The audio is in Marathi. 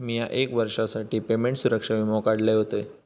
मिया एक वर्षासाठी पेमेंट सुरक्षा वीमो काढलय होतय